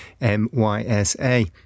MySA